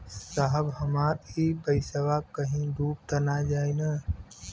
साहब हमार इ पइसवा कहि डूब त ना जाई न?